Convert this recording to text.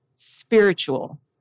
spiritual